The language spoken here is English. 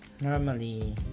normally